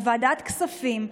של ועדת כספים.